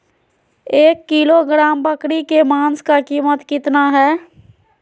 एक किलोग्राम बकरी के मांस का कीमत कितना है?